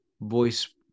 voice